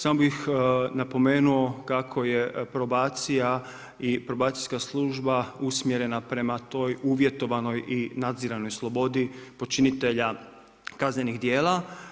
Samo bih napomenuo, kako je probacija i probacijska služba usmjerena prema toj uvjetovanoj i nadziranoj slobodi počinitelja, kaznenih dijela.